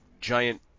giant